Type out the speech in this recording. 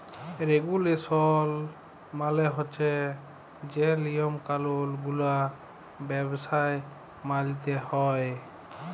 রেগুলেসল মালে হছে যে লিয়ম কালুল গুলা ব্যবসায় মালতে হ্যয়